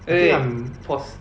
wait wait pause